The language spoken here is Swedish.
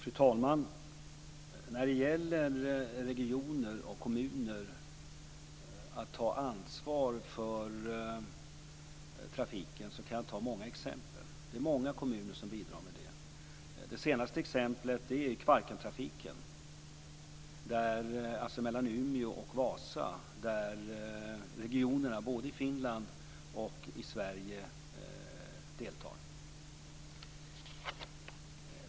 Fru talman! När det gäller regioner och kommuner som tar ansvar för trafiken kan jag ta många exempel. Det är många kommuner som bidrar med det. Umeå och Vasa, där regionerna i både Finland och Sverige deltar.